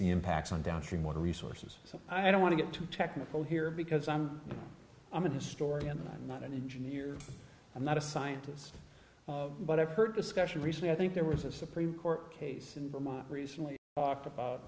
impacts on downstream water resources so i don't want to get too technical here because i'm i'm a historian i'm not an engineer i'm not a scientist but i've heard discussion recently i think there was a supreme court case in vermont recently talked about